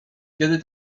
kiedy